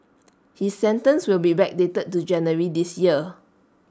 his sentence will be backdated to January this year